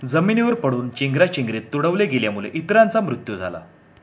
जमिनीवर पडून चेंगराचेंगरीत तुडवल्या गेल्यामुळे इतरांचा मृत्यू झाला